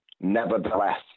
nevertheless